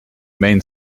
main